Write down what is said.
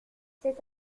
c’est